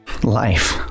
life